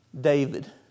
David